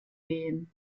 gehen